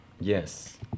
Yes